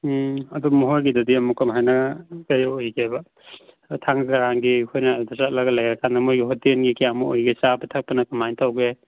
ꯑꯗꯨ ꯃꯈꯣꯏꯒꯤꯗꯨꯗꯤ ꯑꯃꯨꯛ ꯀꯃꯥꯏꯅ ꯀꯔꯤ ꯑꯣꯏꯒꯦꯕ ꯊꯥꯡꯒ ꯀꯔꯥꯡꯒꯤ ꯑꯩꯈꯣꯏꯅ ꯑꯗꯨꯗ ꯆꯠꯂꯒ ꯂꯩꯔꯀꯥꯟꯗ ꯃꯈꯣꯏꯒꯤ ꯍꯣꯇꯦꯜꯒꯤ ꯀꯌꯥꯃꯨꯛ ꯑꯣꯏꯒꯦ ꯆꯥꯕ ꯊꯛꯄꯅ ꯀꯃꯥꯏ ꯇꯧꯒꯦ